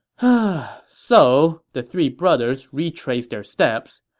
but so the three brothers retraced their steps.